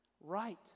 Right